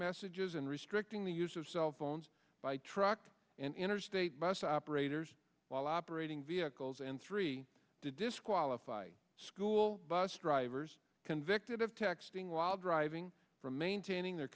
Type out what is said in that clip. messages and restricting the use of cell phones by truck and interstate bus operators while operating vehicles and three to disqualify school bus drivers convicted of texting while driving for maintaining their